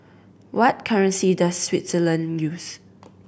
what currency does Switzerland use